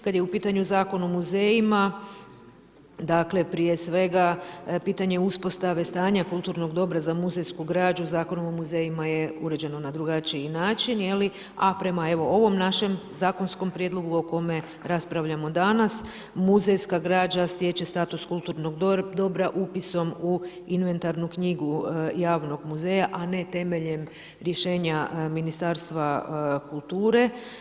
Kad je u pitanju Zakon o muzejima, dakle prije svega pitanje uspostave stanja kulturnog dobra za muzejsku građu, Zakonom o muzejima je uređeno na drugačiji način, a prema ovom našem zakonskom prijedlogu o kome raspravljamo danas, muzejska građa stječe status kulturnog dobra upisom u inventarnu knjigu javnog muzeja, a ne temeljem rješenja Ministarstva kulture.